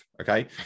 Okay